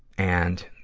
and